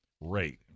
rate